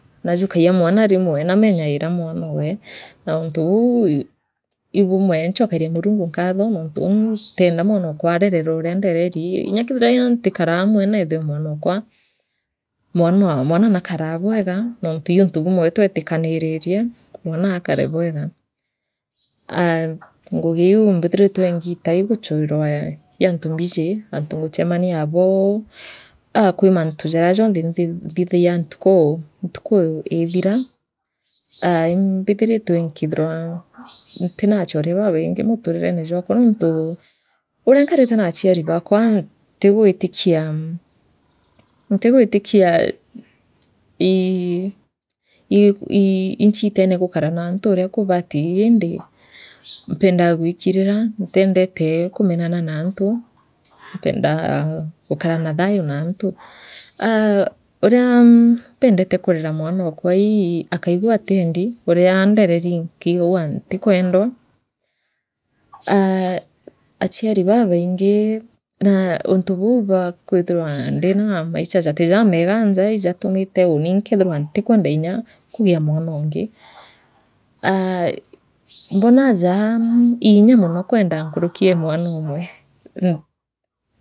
Naajukagia mwana rimwe naamenyaira mwanoowe noontu buu i bumwe nchokagiria Murungu nkatho nontu unii ntienda mwanokwe areerirwa uria ndereri nya keethiwa ntikaraa amwe naa mwanokwa mwana mwanaa nakaraa bwega nontu ii untu bumwe twetikaniiririe mwanaakane bwega aa ngugiu mbithiritwe ngiita ii guchwirwa ni antu mbiji antu nguchemaniabo aa kwi mantu jaria jonthe nthi nthithagia ntuku ntukuu iithiraa aa i mbithiritwe nkithirwa ntina achore babaingi muturirene jwakwa nontu uria nkarite raachiari baakwa ntigwitikia ntigwitikia ii ii iinchiitene gukara naantu uria kubati indi mbendaa gwikirina ntiendete kumenana naantu mpendaa gukara naa thayu naantu aa uria ndereri nkiigagua ntikwendwa aa achiari babaingi naa untu buu bwa kwithirwa ndina maicha jatijaamega njaa ijathimite uuni nkethirwa ntikwenda inyaa kugia mwanoongi aah mbonaa jaa iinya mono kwenda nkuruki ee mwanomwe.